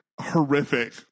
horrific